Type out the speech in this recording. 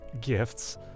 gifts